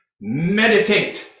meditate